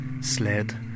sled